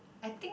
I think